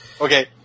Okay